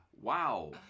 Wow